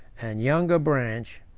and younger branch,